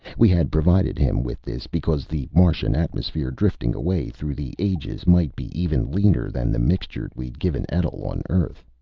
we had provided him with this because the martian atmosphere, drifting away through the ages, might be even leaner than the mixture we'd given etl on earth.